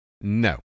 No